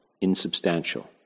insubstantial